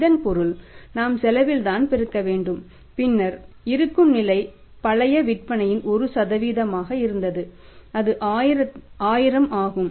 இதன் பொருள் நாம் செலவில் பெருக்க வேண்டும் பின்னர் இருக்கும் நிலை பழைய விற்பனையின் 1 ஆக இருந்தது அது 1000 ஆகும்